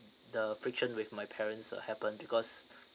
the friction with my parents uh happen because